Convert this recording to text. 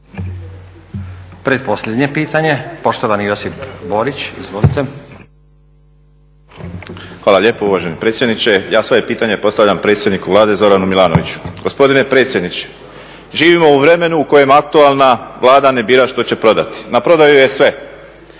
Pretposljednje pitanje. Poštovani Josip Borić. Izvolite. **Borić, Josip (HDZ)** Hvala lijepo uvaženi predsjedniče. Ja svoje pitanje postavljam predsjedniku Vlade, Zoranu Milanoviću. Gospodine predsjedniče, živimo u vremenu u kojem aktualna Vlada ne bira što će prodati. Na prodaju je sve.